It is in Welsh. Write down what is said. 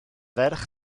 ferch